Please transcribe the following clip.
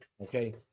Okay